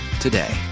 today